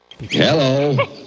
Hello